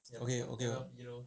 okay okay lor